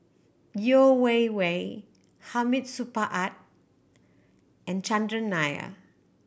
Yeo Wei Wei Hamid Supaat and Chandran Nair